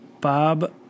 Bob